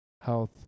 health